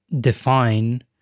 define